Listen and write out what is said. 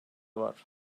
var